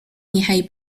niechaj